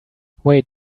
wait